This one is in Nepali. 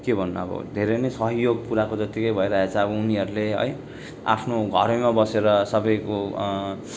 के भन्नु अब धेरै नै सहयोग पुर्याएको जतिकै भइरहेछ अब उनीहरूले है आफ्नो घरैमा बसेर सबैको